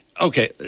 Okay